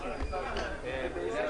הוגשו שלוש רוויזיות, אדוני.